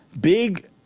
big